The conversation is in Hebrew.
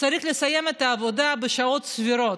צריך לסיים את העבודה בשעות סבירות.